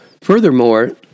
Furthermore